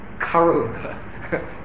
karuna